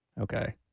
Okay